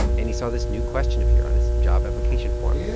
and he saw this new question appear on his job application form yeah